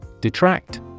Detract